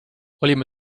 olime